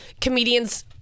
comedians